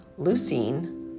leucine